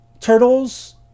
Turtles